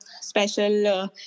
special